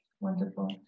Wonderful